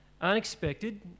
unexpected